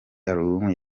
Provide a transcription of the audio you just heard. album